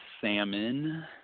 salmon